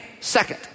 second